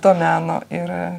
to meno ir